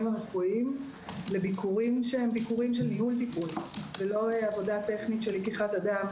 הרפואיים לביקורים שהם לא עבודה טכנית של לקיחת הדם.